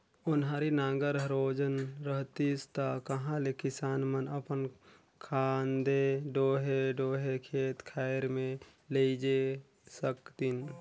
ओन्हारी नांगर हर ओजन रहतिस ता कहा ले किसान मन अपन खांधे डोहे डोहे खेत खाएर मे लेइजे सकतिन